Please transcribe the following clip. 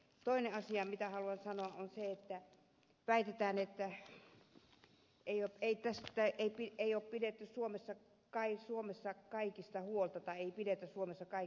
toinen asia minkä haluan sanoa on se että väitetään että suomessa ei pidetä kaikista huolta